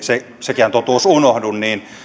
sekään totuus unohdu